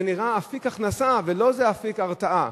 זה נראה אפיק הכנסה ולא איזה אפיק הרתעה.